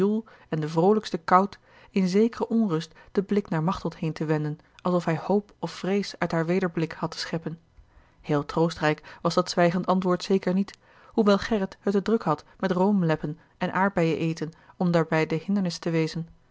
en den vroolijksten kout in zekere onrust den blik naar machteld heen te wenden alsof hij hoop of vrees uit haar wederblik had te scheppen heel troostrijk was dat zwijgend antwoord zeker niet hoewel gerrit het te druk had met room leppen en aardbeien eten om daarbij de hindernis te wezen